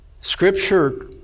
scripture